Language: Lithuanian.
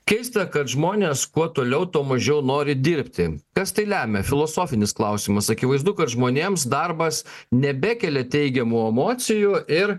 keista kad žmonės kuo toliau tuo mažiau nori dirbti kas tai lemia filosofinis klausimas akivaizdu kad žmonėms darbas nebekelia teigiamų emocijų ir